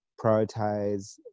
prioritize